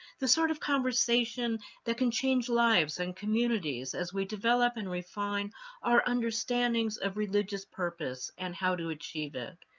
the sort of conversation that can change lives and communities as we develop and refine our understandings of religious purpose and how to achieve it.